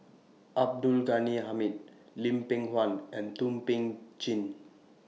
Abdul Ghani Hamid Lim Peng Han and Thum Ping Tjin